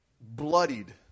bloodied